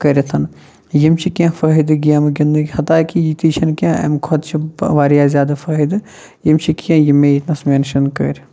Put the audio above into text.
کٔرتھ یِم چھِ کیٚنٛہہ فٲیِدٕ گیمہٕ گِنٛدنِکۍ حتاکہ یتی چھِنہٕ کیٚنٛہہ امہ کھۄتہٕ چھِ واریاہ زیادٕ فٲیِدٕ یِم چھِ کیٚنٛہہ یِم مےٚ ییٚتنس میٚنشَن کٔر